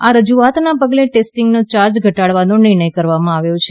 આ રજૂઆતના પગલે ટેસ્ટીંગનો યાર્જ ઘટાડવાનો નિર્ણય કરવામાં આવ્યો છે